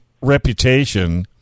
reputation